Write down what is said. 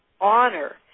honor